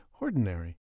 ordinary